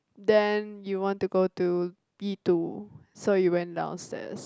then you want to go to B two so you went downstairs